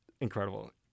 incredible